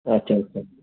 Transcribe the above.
अच्छा अच्छा